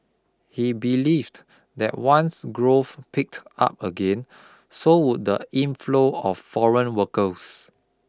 he believed that once growth picked up again so would the inflow of foreign workers